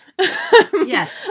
Yes